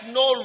no